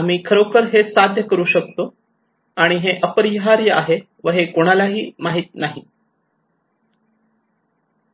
आम्ही खरोखर हे साध्य करू शकतो आणि हे अपरिहार्य आहे व हे कुणालाही माहीत नाही